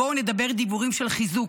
בואו נדבר דיבורים של חיזוק,